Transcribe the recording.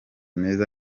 meza